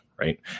right